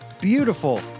beautiful